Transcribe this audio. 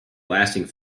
lasting